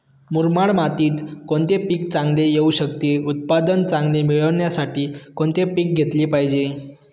मुरमाड मातीत कोणते पीक चांगले येऊ शकते? उत्पादन चांगले मिळण्यासाठी कोणते पीक घेतले पाहिजे?